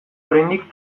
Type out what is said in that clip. oraindik